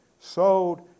sold